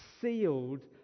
sealed